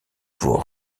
vous